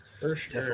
First